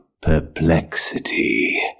Perplexity